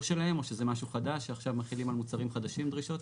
שלהם או שזה משהו חדש שעכשיו מחילים על מוצרים חדשים דרישות,